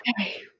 Okay